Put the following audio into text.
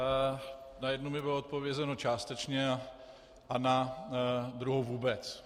Na jednu mi bylo odpovězeno částečně a na druhou vůbec.